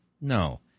No